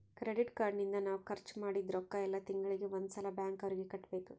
credit card ನಿಂದ ನಾವ್ ಖರ್ಚ ಮದಿದ್ದ್ ರೊಕ್ಕ ಯೆಲ್ಲ ತಿಂಗಳಿಗೆ ಒಂದ್ ಸಲ ಬ್ಯಾಂಕ್ ಅವರಿಗೆ ಕಟ್ಬೆಕು